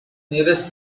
nearest